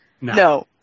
No